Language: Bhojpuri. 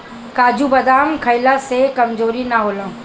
काजू बदाम खइला से कमज़ोरी ना होला